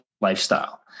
lifestyle